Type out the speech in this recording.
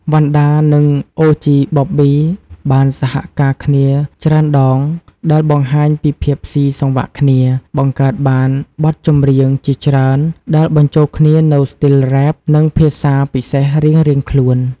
វណ្ណដា និង OG Bobby បានសហការគ្នាច្រើនដង ដែលបង្ហាញពីភាពស៊ីសង្វាក់គ្នា បង្កើតបានបទចម្រៀងជាច្រើនដែលបញ្ចូលគ្នានូវស្ទីលរ៉េប និងភាសាពិសេសរៀងៗខ្លួន។